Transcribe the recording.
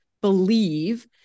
believe